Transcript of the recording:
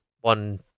one